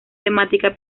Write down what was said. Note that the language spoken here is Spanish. temática